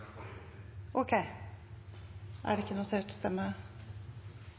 så er det ikkje